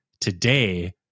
Today